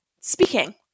speaking